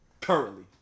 Currently